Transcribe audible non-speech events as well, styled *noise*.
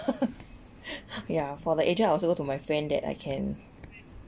*laughs* ya for the agent I also go to my friend that I can